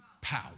Power